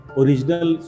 original